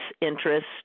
interest